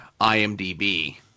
IMDB